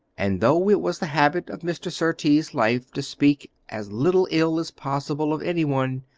and though it was the habit of mr. surtees' life to speak as little ill as possible of any one,